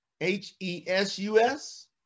H-E-S-U-S